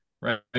right